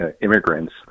immigrants